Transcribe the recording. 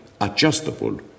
adjustable